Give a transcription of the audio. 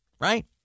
right